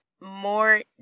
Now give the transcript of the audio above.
more